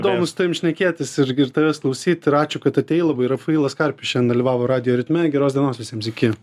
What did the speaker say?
domu su tavim šnekėtis ir ir tavęs klausyt ir ačiū kad atėjai labai rafailas karpis šiandien dalyvavo radijo ritme geros dienos visiems iki